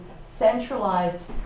centralized